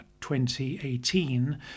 2018